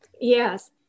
Yes